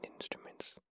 instruments